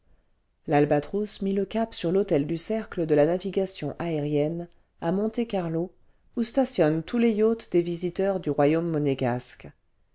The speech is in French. albatros mit le cap sur l'hôtel du cercle de la navigation aérienne à monte-carlo où stationnent tous les yachts des visiteurs du royaume monégasque